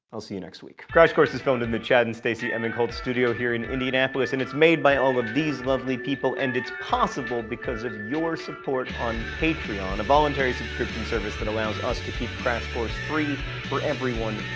i'll see you next week. crash course is filmed in the chad and stacy emigholz and studio here in indanapolis, and it's made by all of these lovely people, and it's possible because of your support on patreon, a voluntary subscription service that allows us to keep crash course free for everyone,